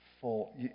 full